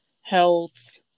health